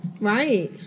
Right